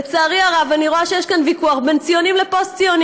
לצערי הרב אני רואה שיש כאן ויכוח בין ציונים לפוסט-ציונים.